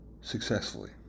successfully